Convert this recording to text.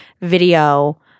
video